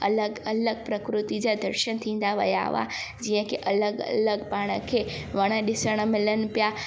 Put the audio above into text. अलॻि अलॻि प्रकृति जा दर्शन थींदा विया हुआ जीअं की अलॻि अलॻि पाण खे वण ॾिसणु मिलनि पिया